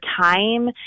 time